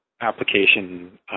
application